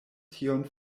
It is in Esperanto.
tion